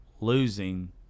losing